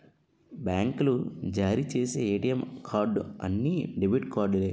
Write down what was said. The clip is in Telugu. బ్యాంకులు జారీ చేసి ఏటీఎం కార్డు అన్ని డెబిట్ కార్డులే